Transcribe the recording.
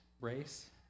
race